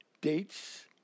dates